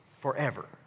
Forever